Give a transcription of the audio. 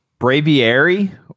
Braviary